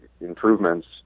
improvements